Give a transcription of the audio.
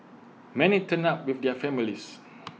many turned up with their families